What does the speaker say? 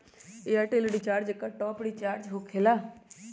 Airtel recharge एकर top of recharge होकेला?